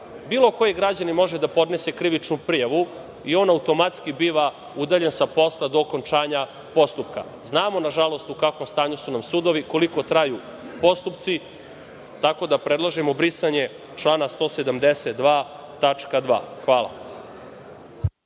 bilo koji građanin može da podnese krivičnu prijavu i on automatski biva udaljen sa posla do okončanja postupka. Znamo, nažalost, u kakvom stanju su nam sudovi, koliko traju postupci, tako da predlažemo brisanje člana 172. tačka